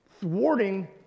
thwarting